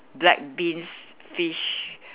black beans fish